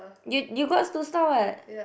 you you got two star [what]